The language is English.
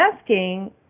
asking